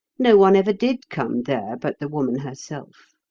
no one ever did come there but the woman herself.